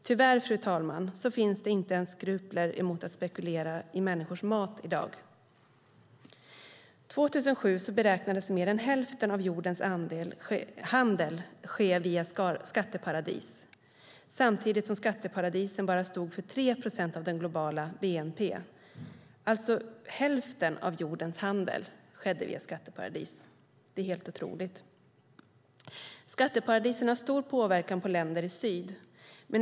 Tyvärr, fru talman, finns det inte ens skrupler inför att spekulera i människors mat i dag. År 2007 beräknades mer än hälften av jordens handel ske via skatteparadis samtidigt som skatteparadisen bara stod för 3 procent av den globala bnp:n. Hälften av jordens handel skedde via skatteparadis. Det är helt otroligt. Skatteparadisen har stor påverkan på länder i syd.